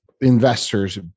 investors